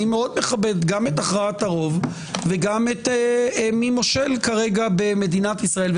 אני מאוד מכבד גם את הכרעת הרוב וגם מי מושל כרגע במדינת ישראל.